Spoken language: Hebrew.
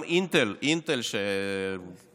גם אינטל, מרכיב